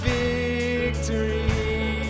victory